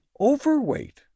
overweight